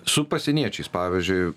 su pasieniečiais pavyzdžiui